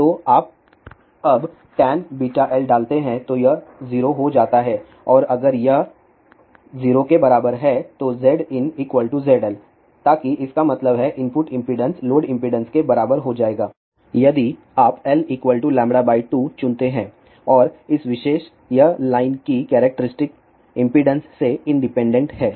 तो आप अब tanβlडालते हैं यह 0 हो जाता है और अगर यह 0 के बराबर है तो Zin ZL ताकि इसका मतलब है इनपुट इम्पीडेंस लोड इम्पीडेंस के बराबर हो जाएगा यदि आप lλ 2चुनते हैं और इस विशेष यह लाइन की कैरेक्टरिस्टिक इम्पीडेंस से इंडिपेंडेंट है